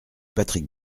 patrick